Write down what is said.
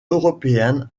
européenne